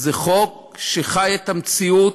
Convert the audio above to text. זה חוק שחי את המציאות,